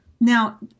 Now